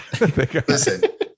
Listen